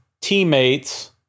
teammates